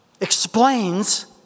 explains